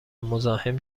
مزاحم